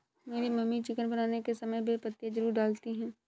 मेरी mummy chicken बनाने के समय बे पत्तियां जरूर डालती हैं